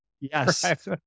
Yes